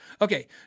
Okay